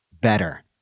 better